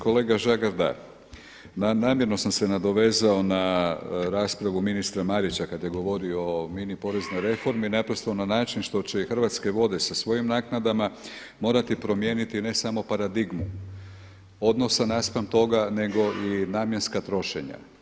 Kolega Žagar, da ma namjerno sam se dovezao na raspravu ministra Marića kada je govorio o mini poreznoj reformi naprosto na način što će i Hrvatske vode sa svojim naknadama morati promijeniti ne samo paradigmu odnosa naspram toga nego i namjenska trošenja.